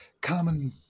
common